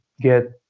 get